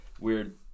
weird